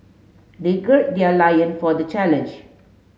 they gird their loin for the challenge